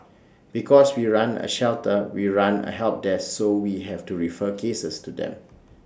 because we run A shelter we run A help desk so we have to refer cases to them